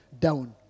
down